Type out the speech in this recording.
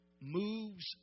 moves